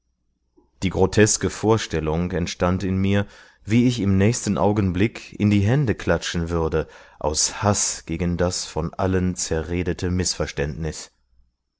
die groteske vorstellung entstand in mir wie ich im nächsten augenblick in die hände klatschen würde aus haß gegen das von allen zerredete mißverständnis